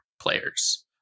players